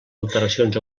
alteracions